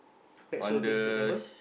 that's all you do September